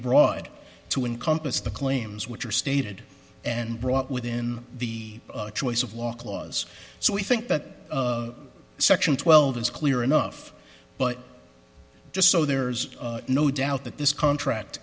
broad to encompass the claims which are stated and brought within the choice of law clause so we think that section twelve is clear enough but just so there's no doubt that this contract